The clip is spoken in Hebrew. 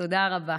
תודה רבה.